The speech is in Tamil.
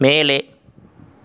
மேலே